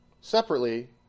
Separately